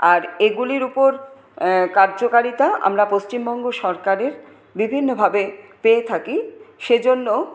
আর এগুলির উপর কার্যকারিতা আমরা পশ্চিমবঙ্গ সরকারের বিভিন্নভাবে পেয়ে থাকি সেজন্য